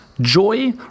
joy